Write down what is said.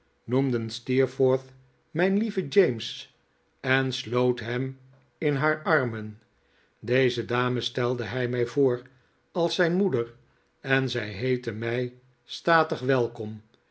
mijn lieve james en sloot hem in haar armen deze dame stelde hij mij voor als zijn moeder en zij heette mij statig weikom